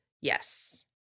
yes